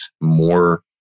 more